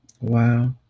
Wow